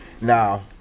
Now